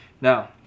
Now